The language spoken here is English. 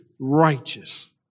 righteous